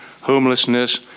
homelessness